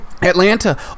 Atlanta